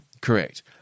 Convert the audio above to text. Correct